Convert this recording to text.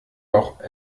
auch